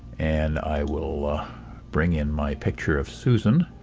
and i will bring in my picture of susan,